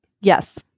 Yes